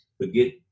Forget